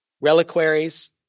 reliquaries